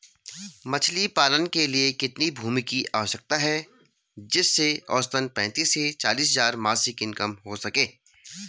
मछली पालन के लिए कितनी भूमि की आवश्यकता है जिससे औसतन पैंतीस से चालीस हज़ार मासिक इनकम हो सके?